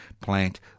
plant